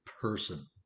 person